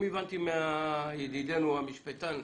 אם הבנתי נכון מידידנו המשפטן,